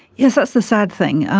yes, that's the sad thing.